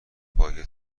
باگت